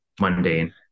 mundane